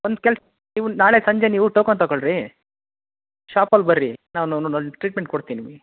ಒಂದು ಕೆಲ್ಸ ನೀವು ನಾಳೆ ಸಂಜೆ ನೀವು ಟೋಕನ್ ತಕೊಳ್ಳಿರಿ ಶಾಪಲ್ಲಿ ಬನ್ರಿ ನಾನು ಟ್ರೀಟ್ಮೆಂಟ್ ಕೊಡ್ತೀನಿ ನಿಮಗೆ